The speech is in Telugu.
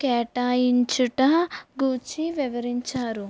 కేటాయించుట గూర్చి వివరించారు